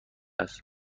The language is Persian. است